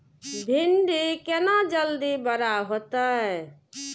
भिंडी केना जल्दी बड़ा होते?